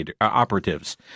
operatives